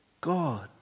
God